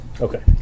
Okay